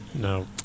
No